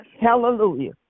Hallelujah